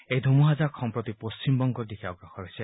এই ধুমুহাজাক সম্প্ৰতি পশ্চিমবংগৰ দিশে অগ্ৰসৰ হৈছে